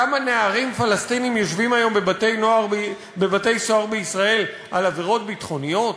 כמה נערים פלסטינים יושבים היום בבתי-סוהר בישראל על עבירות ביטחוניות?